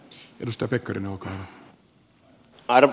arvoisa puhemies